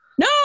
No